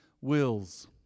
wills